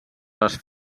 les